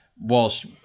whilst